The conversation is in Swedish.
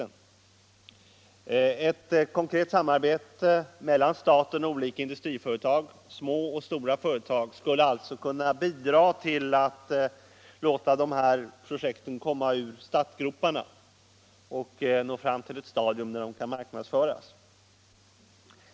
Ett kon Nr 144 kret samarbete mellan staten och olika industriföretag, små och stora företag, skulle kunna bidra till att låta dessa projekt komma ur startgroparna och nå fram till det stadium där de kan marknadsföras.